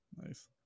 Nice